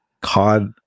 COD